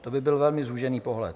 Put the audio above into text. To by byl velmi zúžený pohled.